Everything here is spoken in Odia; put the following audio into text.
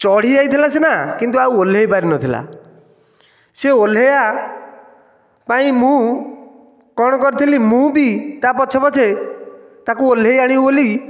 ଚଢ଼ିଯାଇଥିଲା ସିନା କିନ୍ତୁ ଆଉ ଓହ୍ଲାଇ ପାରିନଥିଲା ସେ ଓହ୍ଲାଇବା ପାଇଁ ମୁଁ କ'ଣ କରିଥିଲି ମୁଁ ବି ତା' ପଛେ ପଛେ ତାକୁ ଓହ୍ଲାଇ ଆଣିବି ବୋଲି